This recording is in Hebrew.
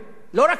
ולא רק השופט.